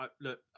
Look